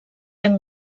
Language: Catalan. hem